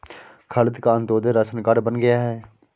खालिद का Antyodaya ration card बन गया है